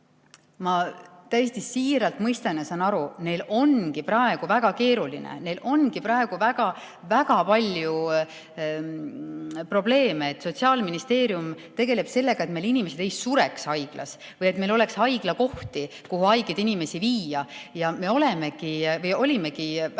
[ütlen], et ma mõistan, saan aru, neil ongi praegu väga keeruline. Neil ongi praegu väga palju probleeme. Sotsiaalministeerium tegeleb sellega, et meil inimesed ei sureks haiglas, et meil oleks haiglakohti, kuhu haigeid inimesi viia. Ja me olimegi väga keerulises